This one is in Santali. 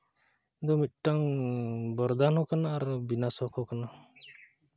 ᱫᱚ ᱢᱤᱫᱴᱟᱱ ᱵᱚᱨᱫᱟᱱ ᱦᱚᱸ ᱠᱟᱱᱟ ᱟᱨ ᱵᱤᱱᱟᱥᱚᱠ ᱦᱚᱸ ᱠᱟᱱᱟ